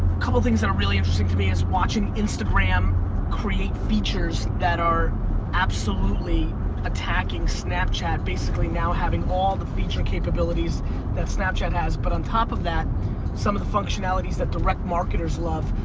couple things that are really interesting to me is watching instagram create features that are absolutely attacking snapchat. basically now having all feature capabilities that snapchat has but on top of that some of the functionalities that direct marketers love.